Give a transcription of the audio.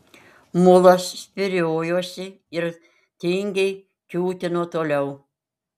mulas spyriojosi ir tingiai kiūtino toliau